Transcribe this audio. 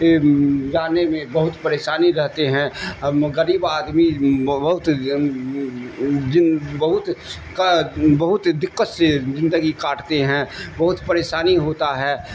جانے میں بہت پریشانی رہتے ہیں غریب آدمی بہت بہت بہت دقت سے زندگی کاٹتے ہیں بہت پریشانی ہوتا ہے